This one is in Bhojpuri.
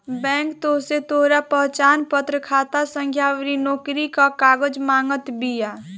बैंक तोहसे तोहार पहचानपत्र, खाता संख्या अउरी नोकरी कअ कागज मांगत बिया